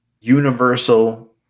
universal